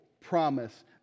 promise